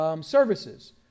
services